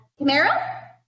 Camaro